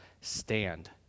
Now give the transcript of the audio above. Stand